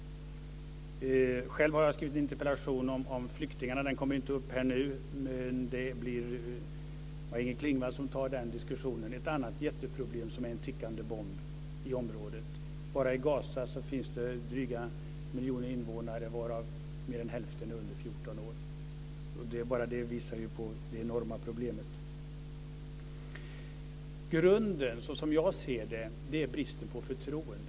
Själv har jag skrivit en interpellation om flyktingarna. Den kommer inte upp här nu. Det blir Maj-Inger Klingvall som tar den diskussionen. Det är ett annat jätteproblem som är en tickande bomb i området. Bara i Gaza finns det drygt en miljon invånare, varav mer än hälften är under 14 år. Bara det visar att problemet är enormt. Grunden, såsom jag ser det, är bristen på förtroende.